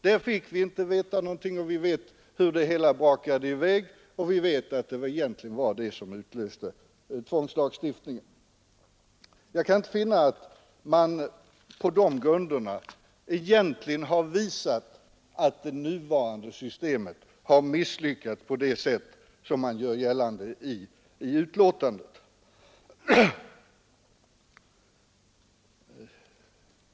Där kunde nämnden alltså inte ta ställning, och arbetskonflikter vi vet hur det hela brakade i väg och att det egentligen var detta som Sa den offentliga sektorn Jag kan inte finna att man har kunnat bevisa att det nuvarande systemet har misslyckats på det sätt som man gör gällande i betänkandet.